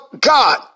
God